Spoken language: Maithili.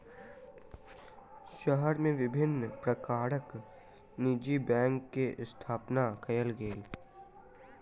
शहर मे विभिन्न प्रकारक निजी बैंक के स्थापना कयल गेल